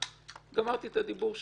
גמרתי את הדיבור שלי.